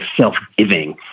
self-giving